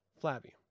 flabby